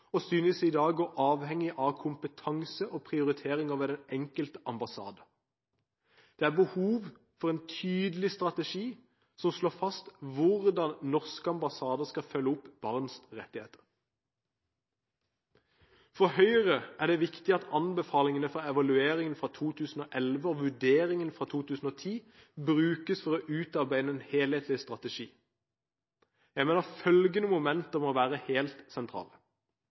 av kompetanse og prioriteringer ved den enkelte ambassade. Det er behov for en tydelig strategi som slår fast hvordan norske ambassader skal følge opp barns rettigheter. For Høyre er det viktig at anbefalingene fra evalueringen fra 2011 og vurderingen fra 2010 brukes for å utarbeide en helhetlig strategi. Jeg mener følgende momenter må være helt sentrale: